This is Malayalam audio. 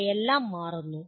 അവയെല്ലാം മാറുന്നു